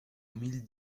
mille